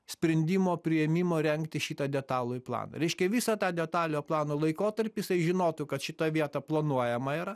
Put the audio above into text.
sprendimo priėmimo rengti šitą detalųjį planą reiškia visą tą detaliojo plano laikotarpį jisai žinotų kad šita vieta planuojama yra